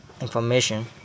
information